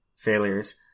failures